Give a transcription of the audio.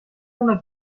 una